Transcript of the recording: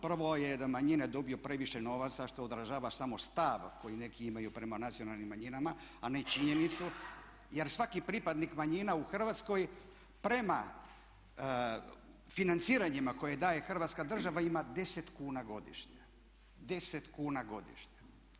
Prvo je da manjine dobiju previše novaca što odražava samo stav koji neki imaju prema nacionalnim manjinama a ne činjenicu jer svaki pripadnik manjina u Hrvatskoj prema financiranjima koje daje Hrvatska država ima 10 kuna godišnje.